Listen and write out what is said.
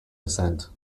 ascent